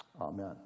Amen